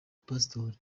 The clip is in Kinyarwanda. ubupasitori